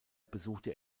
besuchte